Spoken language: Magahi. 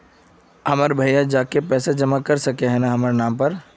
हमर भैया जाके पैसा जमा कर सके है न हमर नाम पर?